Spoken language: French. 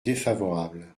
défavorable